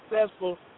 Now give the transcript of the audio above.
successful